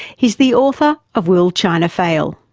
he is the author of will china fail.